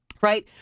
Right